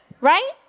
Right